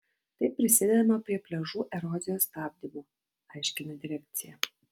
taip prisidedama prie pliažų erozijos stabdymo aiškina direkcija